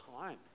time